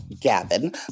Gavin